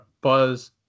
Buzz